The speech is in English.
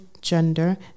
gender